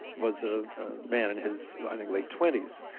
was a man in his, i think, late twenty s.